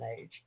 age